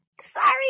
Sorry